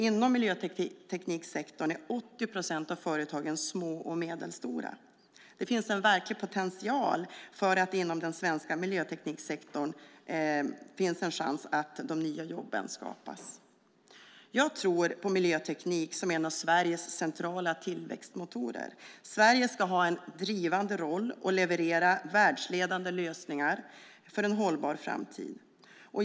Inom miljötekniksektorn är 80 procent av företagen små och medelstora. Det finns en verklig potential för att det är inom den svenska miljötekniksektorn som de nya jobben skapas. Jag tror på miljöteknik som en av Sveriges centrala tillväxtmotorer. Sverige ska ha en drivande roll och leverera världsledande lösningar för en hållbar framtid.